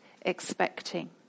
expecting